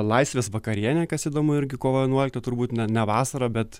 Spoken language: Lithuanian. laisvės vakarienė kas įdomu irgi kovo vienuoliktą turbūt ne ne vasarą bet